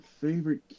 Favorite